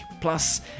plus